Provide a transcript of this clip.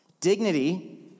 Dignity